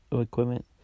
equipment